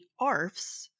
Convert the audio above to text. arfs